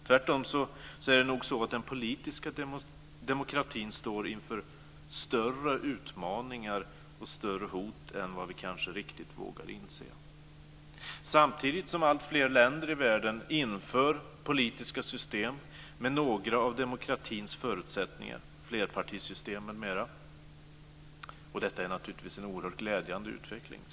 Tvärtom är det nog så att den politiska demokratin står inför större utmaningar och större hot än vad vi kanske riktigt vågar inse, samtidigt som alltfler länder i världen inför politiska system med några av demokratins förutsättningar, flerpartisystem m.m. Detta är naturligtvis en oerhört glädjande utveckling.